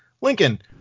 Lincoln